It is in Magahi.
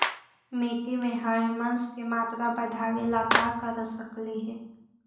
मिट्टी में ह्यूमस के मात्रा बढ़ावे ला का कर सकली हे?